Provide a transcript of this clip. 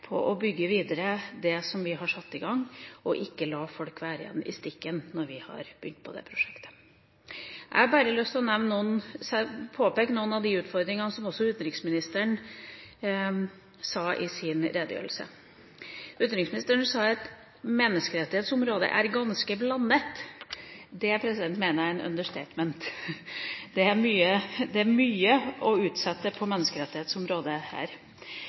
på det som vi har satt i gang, og ikke la folk i stikken når vi har begynt på det prosjektet. Jeg har lyst til å peke på noen av de utfordringene som utenriksministeren nevnte i sin redegjørelse. Utenriksministeren sa at menneskerettighetsområdet «er ganske blandet». Det mener jeg er et understatement. Det er mye å utsette på menneskerettighetsområdet her.